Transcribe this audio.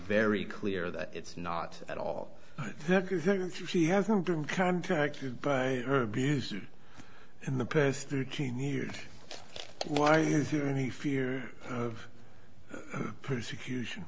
very clear that it's not at all she hasn't been contracted by her abuser in the past thirteen years why he's here and the fear of persecution